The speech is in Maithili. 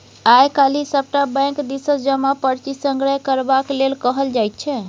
आय काल्हि सभटा बैंक दिससँ जमा पर्ची संग्रह करबाक लेल कहल जाइत छै